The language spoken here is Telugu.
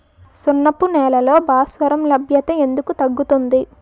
సున్నపు నేలల్లో భాస్వరం లభ్యత ఎందుకు తగ్గుతుంది?